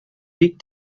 бик